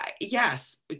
yes